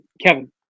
Kevin